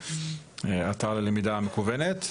האתר ללמידה מקוונת,